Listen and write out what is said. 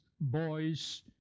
boy's